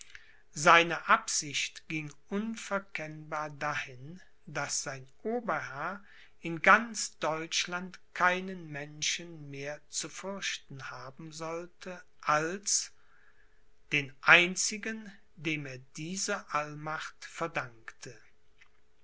seine absicht ging unverkennbar dahin daß sein oberherr in ganz deutschland keinen menschen mehr zu fürchten haben sollte als den einzigen dem er diese allmacht verdankte